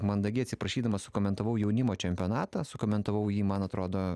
mandagiai atsiprašydamas sukomentavau jaunimo čempionatą su komentavau jį man atrodo